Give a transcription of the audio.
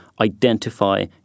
identify